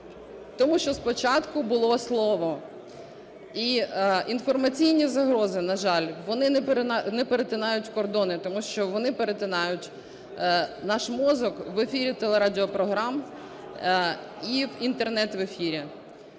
тому що спочатку було Слово. І інформаційні загрози, на жаль, вони не перетинають кордони, тому що вони перетинають наш мозок в ефірі телерадіопрограм і в Інтернет-ефірі.